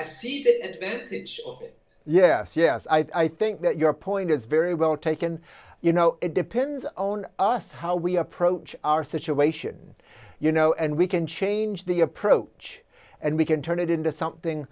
it yes yes i think that your point is very well taken you know it depends on us how we approach our situation you know and we can change the approach and we can turn it into something